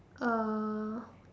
uh